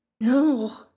No